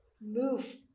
move